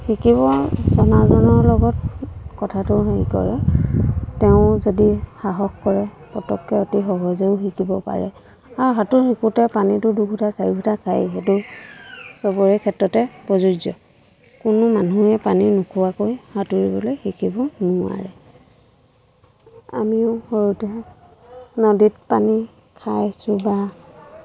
শিকিব জনাজনৰ লগত কথাটো হেৰি কৰে তেওঁ যদি সাহস কৰে পতককৈ অতি সহজেও শিকিব পাৰে আৰু সাঁতোৰ শিকোঁতে পানীতো দুঘোটা চাৰিঘোটা খায়েই সেইটো সবৰে ক্ষেত্ৰতে প্ৰযোজ্য কোনো মানুহে পানী নোখোৱাকৈ সাঁতুৰিবলৈ শিকিব নোৱাৰে আমিও সৰুতে নদীত পানী খাইছোঁ বা